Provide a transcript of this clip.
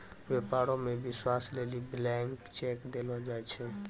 व्यापारो मे विश्वास लेली ब्लैंक चेक देलो जाय छै